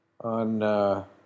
on